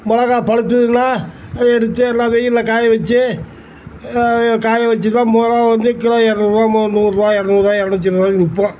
மிளகா பழுத்ததுன்னா அதை எடுத்து எல்லாம் வெயிலில் காய வெச்சு காய வெச்சு தான் மிளகா வந்து கிலோ எரநூறுவா மு நூறுபா எரநூறுபா எரநூற்றைம்பது ரூபாக்கி விற்போம்